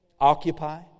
occupy